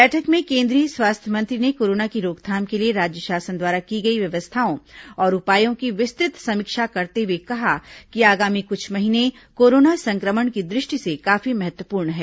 बैठक में केंद्रीय स्वास्थ्य मंत्री ने कोरोना की रोकथाम के लिए राज्य शासन द्वारा की गई व्यवस्थाओं और उपायों की विस्तृत समीक्षा करते हुए कहा कि आगामी कुछ महीने कोरोना संक्रमण की दृष्टि से काफी महत्वपूर्ण है